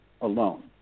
alone